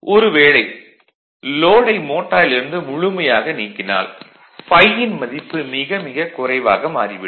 ஒரு வேளை லோடை மோட்டாரில் இருந்து முழுமையாக நீக்கினால் ∅ன் மதிப்பு மிக மிக குறைவாக மாறிவிடும்